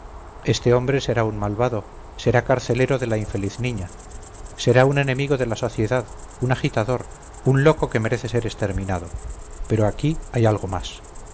este hombre será un malvado será carcelero de la infeliz niña será un enemigo de la sociedad un agitador un loco que merece ser exterminado pero aquí hay algo más